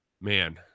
man